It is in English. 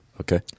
Okay